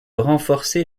renforcer